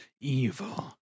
Evil